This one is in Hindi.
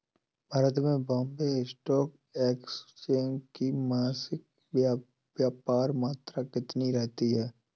भारत में बॉम्बे स्टॉक एक्सचेंज की मासिक व्यापार मात्रा कितनी रहती है?